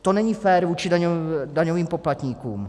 To není fér vůči daňovým poplatníkům.